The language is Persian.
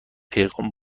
پیغام